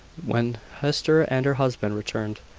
when hester and her husband returned.